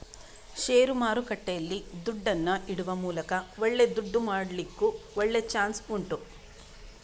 ಷೇರು ಮಾರುಕಟ್ಟೆಯಲ್ಲಿ ದುಡ್ಡನ್ನ ಇಡುವ ಮೂಲಕ ಒಳ್ಳೆ ದುಡ್ಡು ಮಾಡ್ಲಿಕ್ಕೂ ಒಳ್ಳೆ ಚಾನ್ಸ್ ಉಂಟು